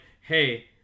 hey